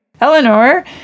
Eleanor